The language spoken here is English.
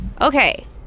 Okay